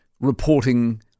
reporting